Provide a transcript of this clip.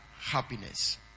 happiness